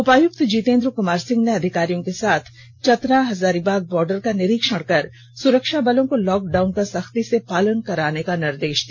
उपायुक्त जितेंद्र कुमार सिंह ने अधिकारियों के साथ चतरा हजारीबाग बॉर्डर का निरीक्षण कर सुरक्षाबलों को लॉक डाउन का सख्ती से पालन कराने का निर्देश दिया